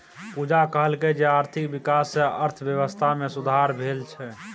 पूजा कहलकै जे आर्थिक बिकास सँ अर्थबेबस्था मे सुधार भेल छै